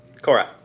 Cora